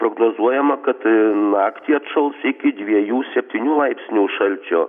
prognozuojama kad naktį atšals iki dviejų septynių laipsnių šalčio